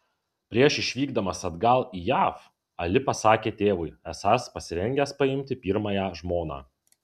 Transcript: prieš išvykdamas atgal į jav ali pasakė tėvui esąs pasirengęs paimti pirmąją žmoną